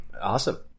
Awesome